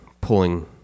pulling